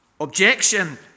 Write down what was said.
objection